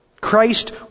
Christ